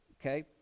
okay